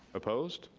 opposed,